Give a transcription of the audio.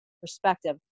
perspective